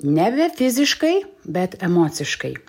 nebe fiziškai bet emociškai